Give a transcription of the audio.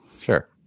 Sure